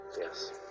Yes